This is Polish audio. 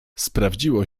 sprawdziło